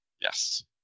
Yes